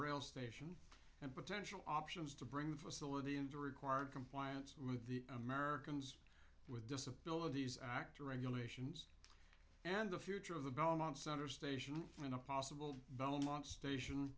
rail station and potential options to bring the facility into required compliance with the americans with disabilities act regulations and the future of the belmont center station and a possible belmont station